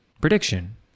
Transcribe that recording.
Prediction